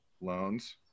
loans